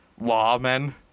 lawmen